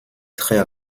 très